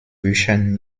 büchern